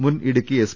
മുൻ ഇടുക്കി എസ്